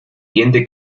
diente